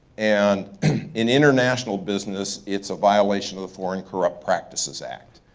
and in international business, it's a violation of foreign corrupt practices act.